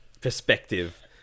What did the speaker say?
perspective